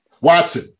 Watson